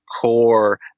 core